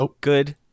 good